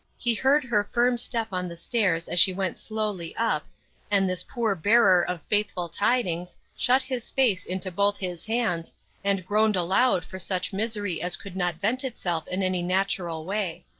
he heard her firm step on the stairs as she went slowly up and this poor bearer of faithful tidings shut his face into both his hands and groaned aloud for such misery as could not vent itself in any natural way.